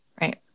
Right